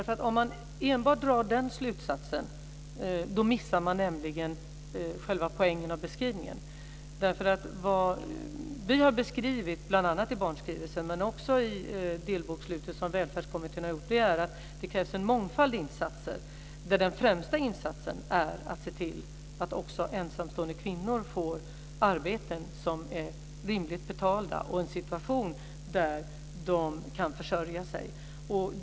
Om man enbart drar den slutsatsen missar man själva poängen. Vad vi har beskrivit i bl.a. barnskrivelsen och det delbokslut som Välfärdskommittén har gjort är att det krävs en mångfald av insatser. Den främsta insatsen är att se till att också ensamstående kvinnor får arbeten som är rimligt betalda och som de kan försörja sig på.